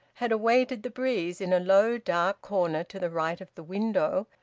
had awaited the breeze in a low dark corner to the right of the window,